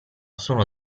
sono